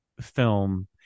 film